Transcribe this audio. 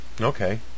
Okay